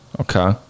Okay